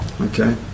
Okay